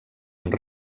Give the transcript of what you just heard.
amb